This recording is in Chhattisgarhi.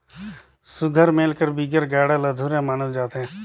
सुग्घर मेल कर बिगर गाड़ा ल अधुरा मानल जाथे